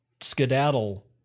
skedaddle